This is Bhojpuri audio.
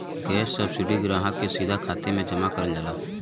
गैस सब्सिडी ग्राहक के सीधा खाते में जमा करल जाला